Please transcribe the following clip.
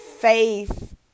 faith